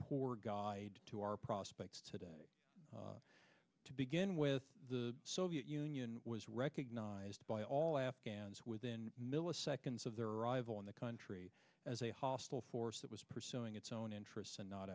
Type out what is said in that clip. poor guy to our prospects today to begin with the soviet union was recognized by all afghans within milliseconds of their arrival in the country as a hostile force that was pursuing its own interests and not